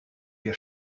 wir